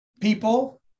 People